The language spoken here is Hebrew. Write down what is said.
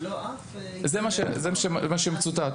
זה מה שמצוטט.